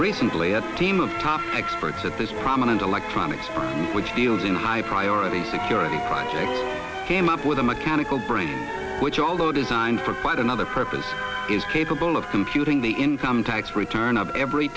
recently a team of top experts at this prominent electronics which deals in high priority security project came up with a mechanical brain which although designed for quite another purpose is capable of computing the income tax return of every